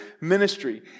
ministry